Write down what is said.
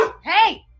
hey